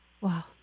Wow